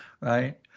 right